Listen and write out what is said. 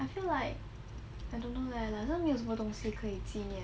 I feel like I don't know leh 真的没有什么东西可以纪念